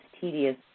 tedious